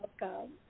welcome